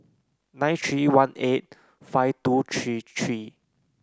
nine three one eight five two three three